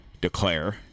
declare